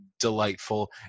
delightful